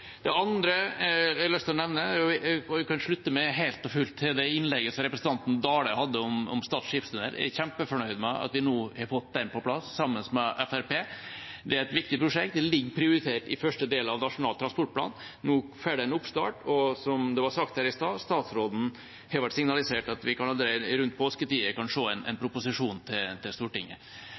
Det andre jeg har lyst til å nevne, er Stad skipstunnel, og jeg kan slutte meg helt og fullt til det innlegget som representanten Dale hadde om den. Jeg er kjempefornøyd med at vi nå har fått den på plass, sammen med Fremskrittspartiet. Det er et viktig prosjekt, det ligger prioritert i første del av Nasjonal transportplan. Nå får det en oppstart. Som det var sagt her i stad: Statsråden har vel signalisert at vi allerede rundt påsketider kan se en proposisjon til Stortinget. Det gleder meg veldig. Så har jeg også lyst til